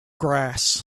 grass